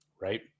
right